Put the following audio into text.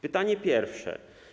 Pytanie pierwsze.